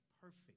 perfect